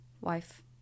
wife